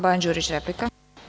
Bojan Đurić, replika.